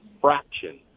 fraction